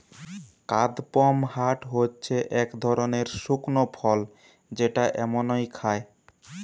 কাদপমহাট হচ্ছে এক ধরনের শুকনো ফল যেটা এমনই খায়